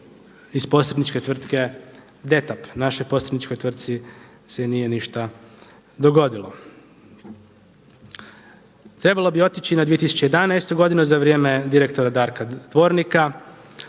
iz posredničke tvrtke DETAP našoj posredničkoj tvrtci se nije ništa dogodilo. Trebalo bi otići na 2011. godinu za vrijeme direktora Darka Dvornika.